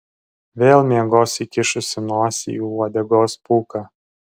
vėl miegos įkišusi nosį į uodegos pūką